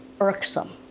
irksome